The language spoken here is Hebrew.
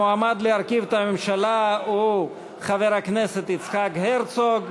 המועמד להרכיב את הממשלה הוא חבר הכנסת יצחק הרצוג.